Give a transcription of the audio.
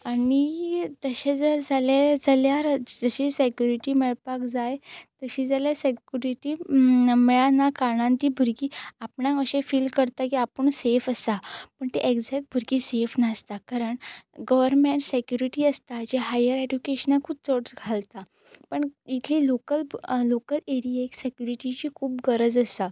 आनी तशें जर जालें जाल्यार जशी सॅक्युरिटी मेळपाक जाय तशी जाल्यार सॅक्युरिटी मेळना कारणान ती भुरगीं आपणाक अशें फील करता की आपूण सेफ आसा पूण ती ऍगक्जॅक्ट भुरगीं सेफ नासता कारण गवर्मेंट सॅक्युरिटी आसता जी हायर ऍड्युकेशनाकूच चडच घालता पण इतली लोकल लोकल एरियेक सॅक्युरिटीची खूब गरज आसा